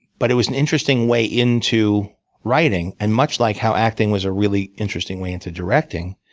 but it was an interesting way into writing. and much like how acting was a really interesting way into directing,